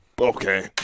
Okay